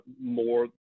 more